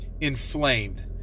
inflamed